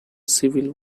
civil